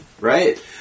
Right